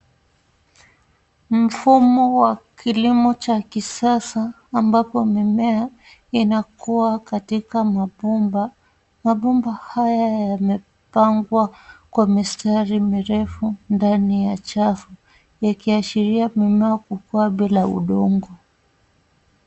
Mfumo wa kilimo cha kisasa ambapo mimea inakua katika mabomba. Mabomba haya yamepangwa kwa mistari mirefu ndani ya chafu ikiashiria mimea kukua bila udongo.